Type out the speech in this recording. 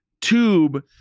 tube